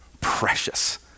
precious